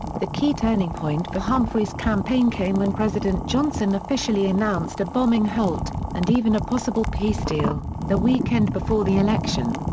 the key turning point for humphrey's campaign came when president johnson officially announced a bombing halt and even a possible peace deal, the weekend before the election.